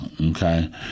Okay